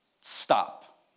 stop